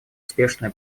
успешное